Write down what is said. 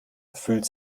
fühlt